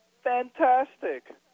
fantastic